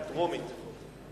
טרומית,